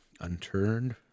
unturned